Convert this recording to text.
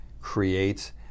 creates